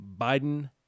Biden